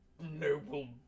noble